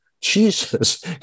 Jesus